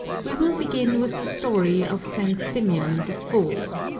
we will begin with the story of st. symeon the fool.